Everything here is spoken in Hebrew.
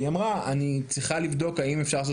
והיא אמרה: אני צריכה לבדוק האם אפשר לעשות